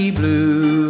blue